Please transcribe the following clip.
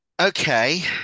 Okay